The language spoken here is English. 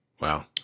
Wow